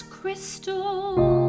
crystal